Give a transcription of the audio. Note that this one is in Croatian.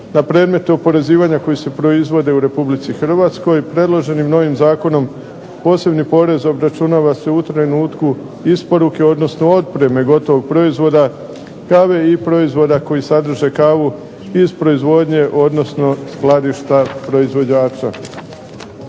Na predmete oporezivanja koji se proizvode u Republici Hrvatskoj predloženim novim zakonom posebni porez obračunava se u trenutku isporuke, odnosno otpreme gotovog proizvoda kave i proizvoda koji sadrže kavu iz proizvodnje odnosno skladišta proizvođača.